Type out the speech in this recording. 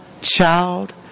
child